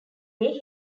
day